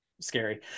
scary